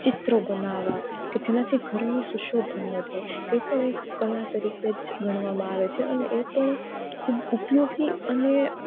ચિત્રો બનાવવા કે જેનાથી ઘરનું સુશોભન વધે તે પણ એક કલા તરીકે જ ગણવામાં આવે છે અને એ પણ ખૂબ ઉપયોગી અને